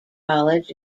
college